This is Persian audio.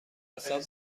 حساب